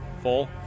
full